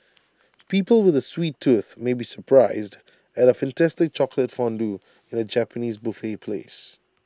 people with A sweet tooth may be surprised at A fantastic chocolate fondue in A Japanese buffet place